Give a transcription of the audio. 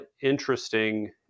interesting